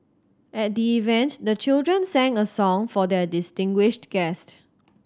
at the event the children sang a song for their distinguished guest